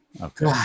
Okay